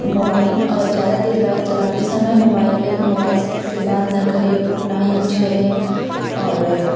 mobile और ज़्यादा तेज़ बाइक चलाते समय मोबाइल के मोबाइल से किसी से बात न करें फोन न यूज करें और